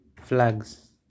flags